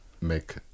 make